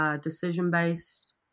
decision-based